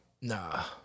Nah